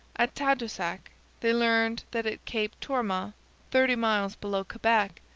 at tadoussac they learned that at cap tourmente, thirty miles below quebec,